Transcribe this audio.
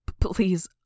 Please